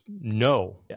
no